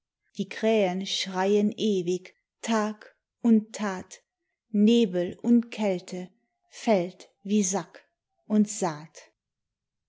die krähen schreien ewig tag und tat nebel und kälte fällt wie sack und saat